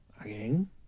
again